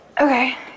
Okay